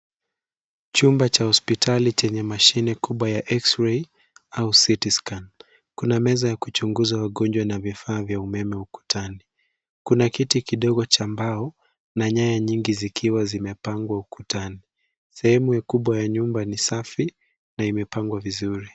Chumba cha hospitali chenye mashine kubwa ya eks-rei au citiscan . Kuna meza ya kuchunguza wagonjwa na vifaa vya umeme ukutani. Kuna kiti kidogo cha mbao na nyaya nyingi zikiwa zimepangwa ukutani. Sehemu kubwa ya nyumba ni safi na imepangwa vizuri.